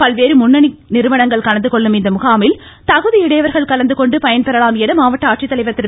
பல்வேறு முன்னணி கலந்துகொள்ளும் இந்த முகாமில் தகுதியுடையவர்கள் கலந்துகொண்டு பயன்பெறலாம் என மாவட்ட ஆட்சித்தலைவர் திரு